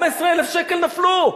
15,000 שקלים נפלו.